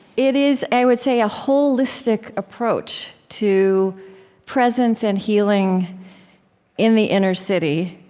it is, i would say, a holistic approach to presence and healing in the inner city,